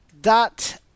dot